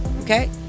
okay